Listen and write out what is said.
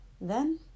Then